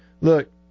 Look